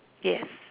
yes